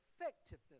effectiveness